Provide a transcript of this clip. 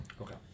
Okay